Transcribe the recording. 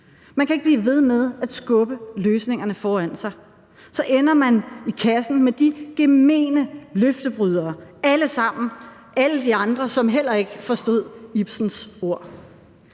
Man kan ikke blive ved med at skubbe løsningerne foran sig. Så ender man i kassen med de gemene løftebrydere, alle sammen, alle de andre, som heller ikke forstod Ibsens ord.